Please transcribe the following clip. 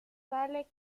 sale